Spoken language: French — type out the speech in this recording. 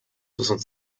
soixante